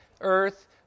Earth